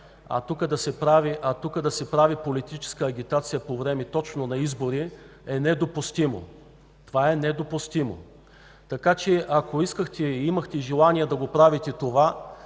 А тук да се прави политическа агитация по време точно на избори е недопустимо! Това е недопустимо! Ако имахте желание да правите това,